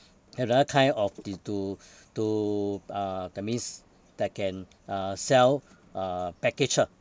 another kind of the to to uh that means that can uh sell uh package ah